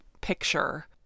picture